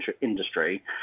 industry